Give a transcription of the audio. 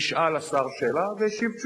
נשאל השר שאלה והשיב תשובה.